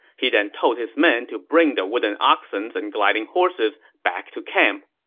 he then told his men to bring the wooden oxens and gliding horses back to camp.